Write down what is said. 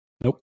Nope